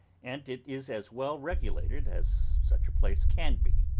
and it is as well regulated as such a place can be.